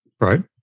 right